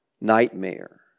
nightmare